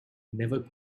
never